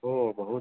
बहु